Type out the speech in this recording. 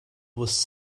was